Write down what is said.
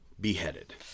beheaded